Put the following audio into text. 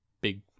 big